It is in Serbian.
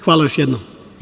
Hvala još jednom.